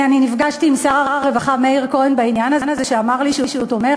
נפגשתי עם שר הרווחה מאיר כהן בעניין הזה והוא אמר לי שהוא תומך.